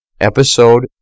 episode